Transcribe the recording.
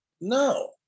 No